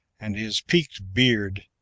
and his peaked beard,